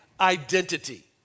identity